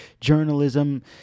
journalism